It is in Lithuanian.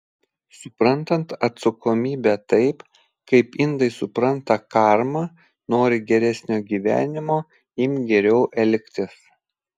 suprantant atsakomybę taip kaip indai supranta karmą nori geresnio gyvenimo imk geriau elgtis